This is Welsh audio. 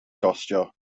gostio